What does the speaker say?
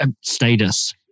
Status